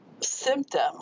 symptom